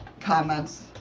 comments